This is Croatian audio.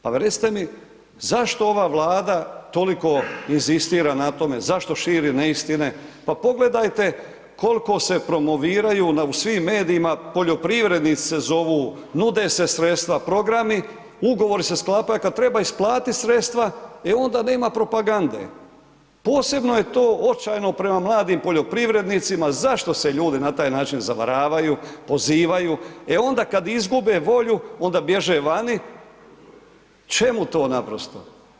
Pa recite mi zašto ova Vlada toliko inzistira na tome, zašto širi neistine, pa pogledajte koliko se promoviraju u svim medijima, poljoprivrednici se zovu, nude se sredstva, programi, ugovori se sklapaju, kad treba isplatit sredstva, e onda nema propagande, posebno je to očajno prema mladim poljoprivrednicima, zašto se ljudi na taj način zavaravaju, pozivaju, e onda kad izgube volju, onda bježe vani, čemu to naprosto?